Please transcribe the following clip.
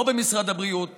לא במשרד הבריאות